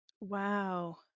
Wow